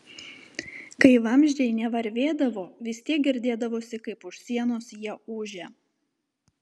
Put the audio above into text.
kai vamzdžiai nevarvėdavo vis tiek girdėdavosi kaip už sienos jie ūžia